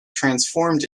transformed